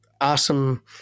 awesome